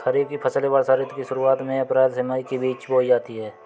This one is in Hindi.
खरीफ की फसलें वर्षा ऋतु की शुरुआत में अप्रैल से मई के बीच बोई जाती हैं